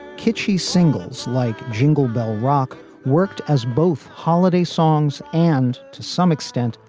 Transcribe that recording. kitschy singles like jingle bell rock worked as both holiday songs and to some extent,